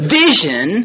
vision